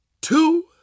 two